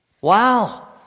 Wow